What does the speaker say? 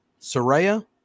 Soraya